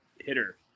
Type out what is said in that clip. hitter